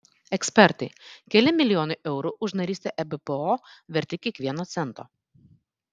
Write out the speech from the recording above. ekspertai keli milijonai eurų už narystę ebpo verti kiekvieno cento